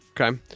Okay